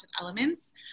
elements